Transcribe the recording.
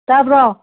ꯇꯥꯕ꯭ꯔꯣ